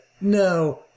no